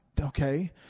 okay